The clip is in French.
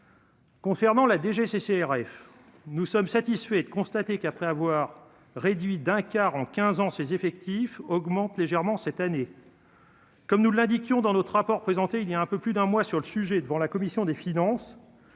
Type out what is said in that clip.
Concernant la DGCCRF nous sommes satisfaits de constater qu'après avoir réduit d'un quart en 15 ans ses effectifs augmentent légèrement cette année. Comme nous l'indiquions dans notre rapport, présenté il y a un peu plus d'un mois sur le sujet devant la commission des finances